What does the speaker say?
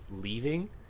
leaving